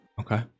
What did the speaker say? Okay